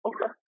Okay